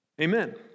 Amen